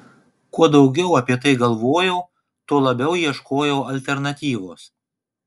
kuo daugiau apie tai galvojau tuo labiau ieškojau alternatyvos